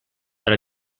per